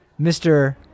Mr